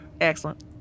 Excellent